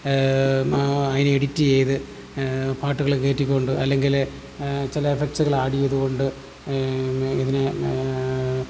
അതിനെ എഡിറ്റ് ചെയ്ത് പാട്ടുകൾ കയറ്റിക്കൊണ്ട് അല്ലെങ്കിൽ ചില എഫക്ട്സ്കൾ ഏഡ് ചെയ്തുകൊണ്ട് ഇതിനെ